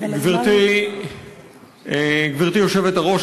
גברתי היושבת-ראש,